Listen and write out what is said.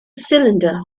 cylinder